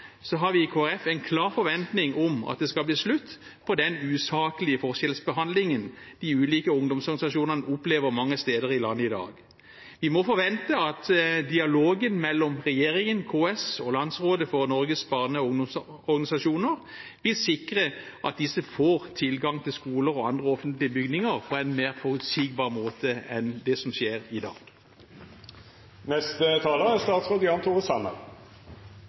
har vi i Kristelig Folkeparti en klar forventning om at det skal bli slutt på den usaklige forskjellsbehandlingen de ulike ungdomsorganisasjonene opplever mange steder i landet i dag. Vi må forvente at dialogen mellom regjeringen, KS og Landsrådet for Norges barne- og ungdomsorganisasjoner vil sikre at disse får tilgang til skoler og andre offentlige bygninger på en mer forutsigbar måte enn det som skjer i dag. Regjeringen er